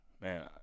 Man